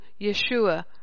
Yeshua